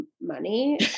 money